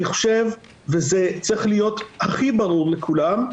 זה צריך להיות הכי ברור לכולם,